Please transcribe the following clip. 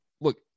look